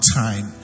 time